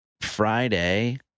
Friday